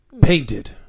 painted